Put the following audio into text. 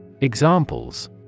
Examples